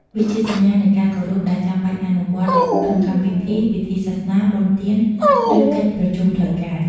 វាជាសញ្ញានៃការគោរព ដែលចាំបាច់អនុវត្តក្នុងកម្មវិធី ពិធីសាសនា បុណ្យទាន ឬកិច្ចប្រជុំផ្លូវការ។